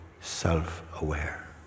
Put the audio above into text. self-aware